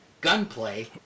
gunplay